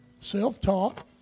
self-taught